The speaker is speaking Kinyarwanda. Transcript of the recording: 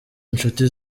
nshuti